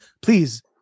please